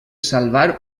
salvar